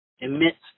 emits